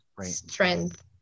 strength